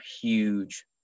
huge